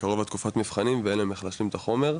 בקרוב תקופת מבחנים ואין להם איך להשלים את החומר.